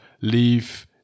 leave